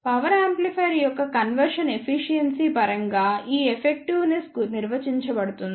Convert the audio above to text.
power amplifier యొక్క conversion efficiency పరంగా ఈ ఎఫెక్టివ్ నెస్ నిర్వచించబడింది